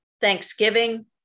Thanksgiving